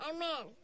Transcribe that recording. Amen